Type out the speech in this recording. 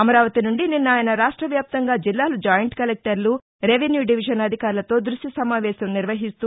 అమరావతి నుండి నిన్న ఆయన రాష్ట వ్యాప్తంగా జిల్లాల జాయింట్ కలెక్లర్లు రెవిస్యూ డివిజన్ అధికారులతో దృశ్య సమావేశం నిర్వహిస్తూ